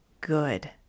good